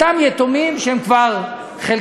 אותם יתומים, שחלקם כבר מבוגרים,